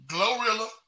Glorilla